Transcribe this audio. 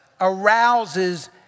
arouses